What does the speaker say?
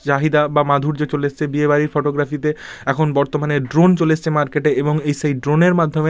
চাহিদা বা মাধুর্য চলে এসছে বিয়ে বাড়ির ফটোগ্রাফিতে এখন বর্তমানে ড্রোন চলে এসেছে মার্কেটে এবং এই সেই ড্রোনের মাধ্যমে